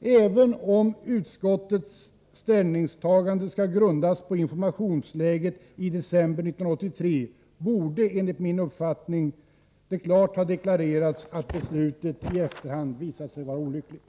Även om utskottets ställningstagande skall grundas på informationsläget i december 1983 borde det, enligt min uppfattning, klart ha deklarerats att beslutet i efterhand visat sig vara olyckligt.